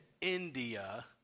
India